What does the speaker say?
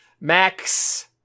max